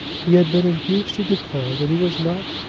he had been induced to declare that he was not,